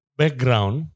background